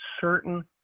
certain